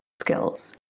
skills